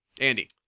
andy